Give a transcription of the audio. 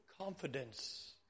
confidence